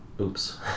Oops